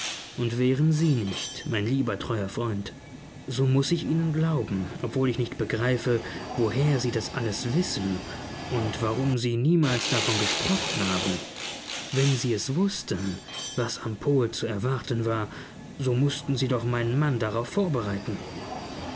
und wären sie nicht mein lieber treuer freund so muß ich ihnen glauben obwohl ich nicht begreife woher sie das alles wissen und warum sie niemals davon gesprochen haben wenn sie es wußten was am pol zu erwarten war so mußten sie doch meinen mann darauf vorbereiten